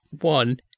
One